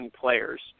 players